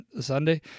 Sunday